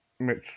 Mitch